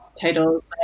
titles